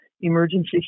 emergency